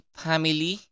family